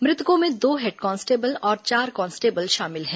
मृतकों में दो हेड कांस्टेबल और चार कांस्टेबल शामिल हैं